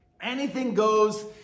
Anything-goes